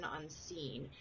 unseen